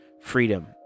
Freedom